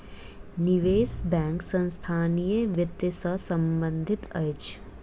निवेश बैंक संस्थानीय वित्त सॅ संबंधित अछि